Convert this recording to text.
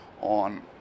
on